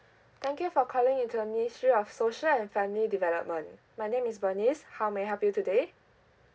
thank you for calling into the ministry of social and family development my name is bernice how may I help you today